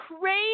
crazy